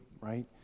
right